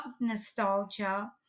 nostalgia